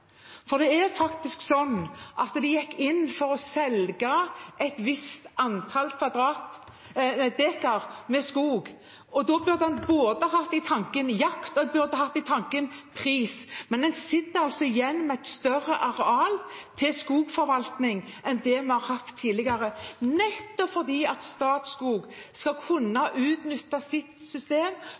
Det er faktisk sånn at de gikk inn for å selge et visst antall dekar med skog, og da burde en hatt i tankene både jakt og pris. Men en sitter altså igjen med et større areal til skogforvaltning enn det en har hatt tidligere, nettopp fordi Statskog skal kunne utnytte sitt system,